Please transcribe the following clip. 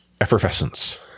effervescence